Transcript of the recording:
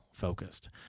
focused